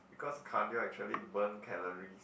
because cardio actually burn calories